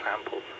samples